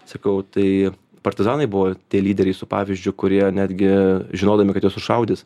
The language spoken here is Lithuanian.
sakau tai partizanai buvo tie lyderiai su pavyzdžiui kurie netgi žinodami kad juos sušaudys